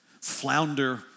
flounder